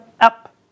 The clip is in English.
up